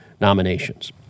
nominations